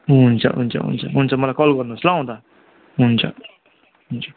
हुन्छ हुन्छ हुन्छ हुन्छ मलाई कल गर्नु होस् ल आउँदा हुन्छ हुन्छ